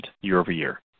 year-over-year